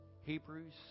Hebrews